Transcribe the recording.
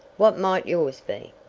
what might yours be?